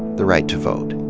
the right to vote.